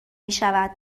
میشود